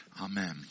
Amen